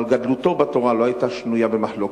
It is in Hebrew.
אבל גדלותו בתורה לא היתה שנויה במחלוקת,